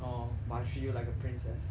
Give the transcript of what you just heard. !aww! but I treat you like a princess